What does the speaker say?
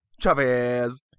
Chavez